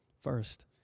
first